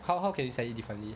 how how can you set it differently